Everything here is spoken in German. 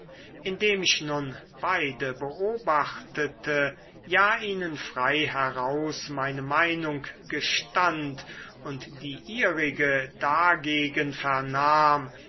indem ich nun beide beobachtete ja ihnen frei heraus meine meinung gestand und die ihrige dagegen vernahm